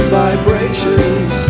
vibrations